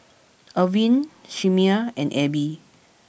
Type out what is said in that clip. Irven Chimere and Elby